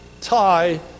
tie